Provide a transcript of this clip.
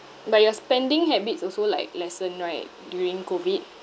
but your spending habits also like lessen right during COVID